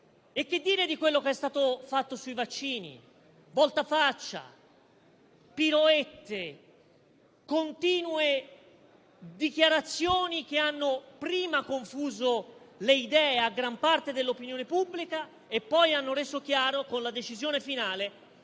E che dire di quanto è stato fatto sui vaccini: voltafaccia, piroette, continue dichiarazioni, che hanno prima confuso le idee a gran parte dell'opinione pubblica e poi hanno reso chiaro, con la decisione finale,